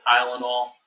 Tylenol